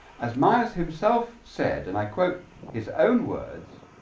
as myers himself said and i quote his own words